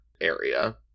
area